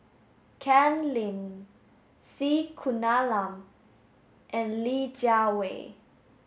Ken Lim C Kunalan and Li Jiawei